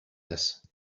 this